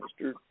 Mr